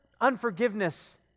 unforgiveness